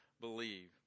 believe